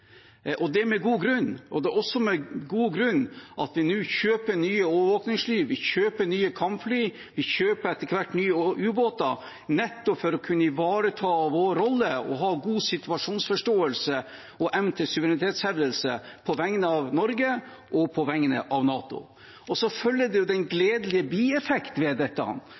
og det med god grunn. Det er også med god grunn at vi nå kjøper nye overvåkingsfly, vi kjøper nye kampfly, vi kjøper etter hvert nye ubåter, nettopp for å kunne ivareta vår rolle og ha god situasjonsforståelse og evne til suverenitetshevdelse, på vegne av Norge og på vegne av NATO. Så følger den gledelige bieffekt ved dette,